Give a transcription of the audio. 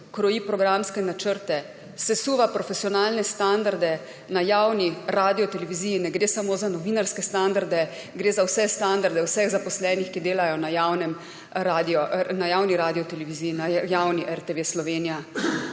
kroji programske načrte, sesuva profesionalne standarde na javni radioteleviziji. Ne gre samo za novinarske standarde, gre za vse standarde vseh zaposlenih, ki delajo na javni Radioteleviziji, na javni RTV Slovenija.